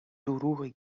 دروغی